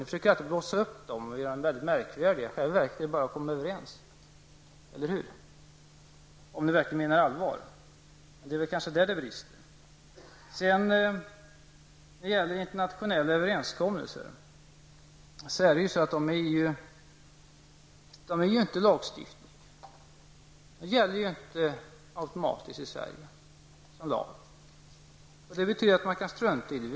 Ni försöker alltid blåsa upp dem och göra dem väldigt märkvärdiga. I själva verket är det ju bara att komma överens, eller hur? En förutsättning är ju att ni verkligen menar allvar, men det är kanske där det brister. Internationella överenskommelser är ju inte samma sak som lagstiftning. De gäller inte automatiskt i Sverige, såsom en lag gör. Detta betyder att man kan strunta i dem.